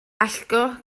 allgo